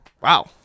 Wow